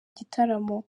igitaramo